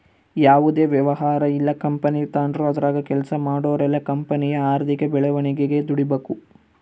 ಯಾವುದೇ ವ್ಯವಹಾರ ಇಲ್ಲ ಕಂಪನಿ ತಾಂಡ್ರು ಅದರಾಗ ಕೆಲ್ಸ ಮಾಡೋರೆಲ್ಲ ಕಂಪನಿಯ ಆರ್ಥಿಕ ಬೆಳವಣಿಗೆಗೆ ದುಡಿಬಕು